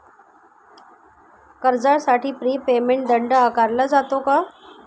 कर्जासाठी prepayment दंड आकारला जातो का?